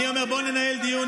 אני אומר, בואו ננהל דיון